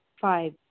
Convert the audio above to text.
Five